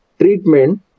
treatment